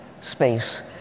space